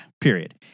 Period